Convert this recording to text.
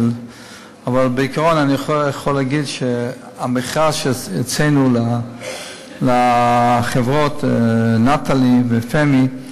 אבל בעיקרון אני יכול להגיד שהמכרז שהוצאנו לחברות "נטלי" ו"פמי"